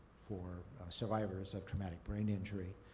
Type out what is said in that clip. for survivors of traumatic brain injury.